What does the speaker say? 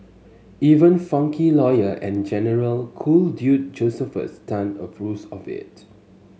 even funky lawyer and generally cool dude Josephus Tan approves of it